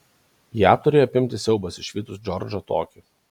ją turėjo apimti siaubas išvydus džordžą tokį